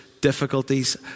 difficulties